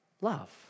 love